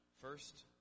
First